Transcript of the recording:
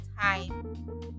time